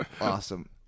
awesome